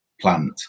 plant